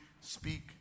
speak